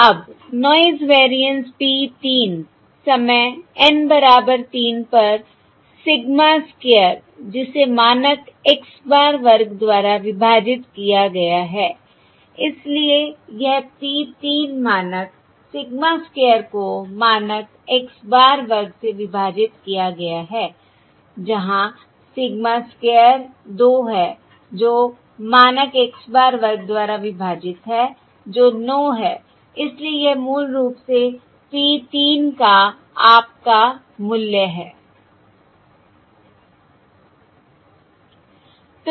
इसलिए अब noise variance P 3 समय N बराबर 3 पर सिग्मा स्क्वायर जिसे मानक x bar वर्ग द्वारा विभाजित किया गया है इसलिए यह P 3 मानक सिग्मा स्क्वायर को मानक x bar वर्ग से विभाजित किया गया है जहां सिग्मा स्क्वायर 2 है जो मानक x bar वर्ग द्वारा विभाजित है जो 9 है इसलिए यह मूल रूप से P 3 का आपका मूल्य है